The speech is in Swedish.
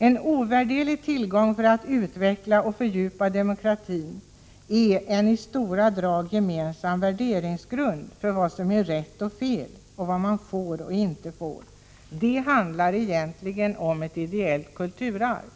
En ovärderlig tillgång för att utveckla och fördjupa demokratin är en i stora drag gemensam värderingsgrund för vad som är rätt och fel, för vad man får och inte får. Det handlar egentligen om ett ideellt kulturarv.